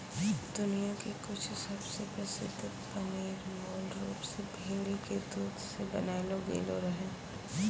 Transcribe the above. दुनिया के कुछु सबसे प्रसिद्ध पनीर मूल रूप से भेड़ी के दूध से बनैलो गेलो रहै